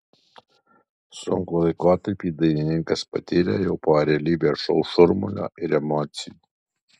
sunkų laikotarpį dainininkas patyrė jau po realybės šou šurmulio ir emocijų